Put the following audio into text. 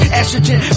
estrogen